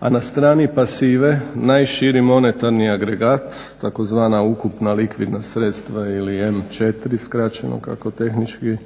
a na strani pasive najširi monetarni agregat tzv. ukupna likvidna sredstva ili M4 skraćeno kako tehnički